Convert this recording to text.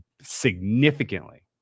significantly